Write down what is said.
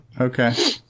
okay